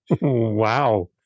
Wow